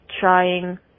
trying